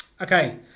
Okay